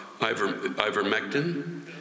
ivermectin